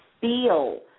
feel